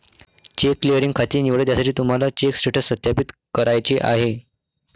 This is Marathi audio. चेक क्लिअरिंग खाते निवडा ज्यासाठी तुम्हाला चेक स्टेटस सत्यापित करायचे आहे